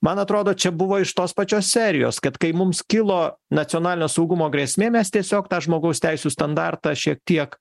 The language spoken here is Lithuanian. man atrodo čia buvo iš tos pačios serijos kad kai mums kilo nacionalinio saugumo grėsmė mes tiesiog tą žmogaus teisių standartą šiek tiek